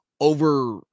over